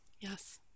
Yes